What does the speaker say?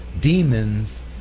demons